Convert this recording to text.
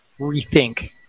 rethink